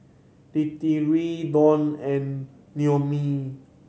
Dititri Donn and Noemie